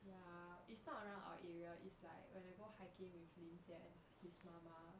ya it's not around our area it's like when I go hiking with lim jie and his 妈妈